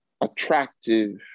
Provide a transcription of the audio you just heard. attractive